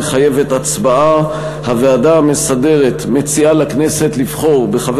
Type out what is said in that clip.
המחייבת הצבעה: הוועדה המסדרת מציעה לכנסת לבחור בחבר